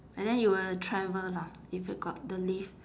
and then you will travel lah if you got the leave